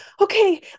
okay